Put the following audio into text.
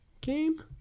game